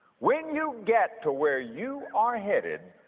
when you get to where you are headed,